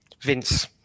Vince